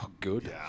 Good